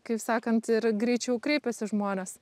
kaip sakant ir greičiau kreipiasi žmonės